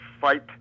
fight